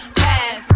pass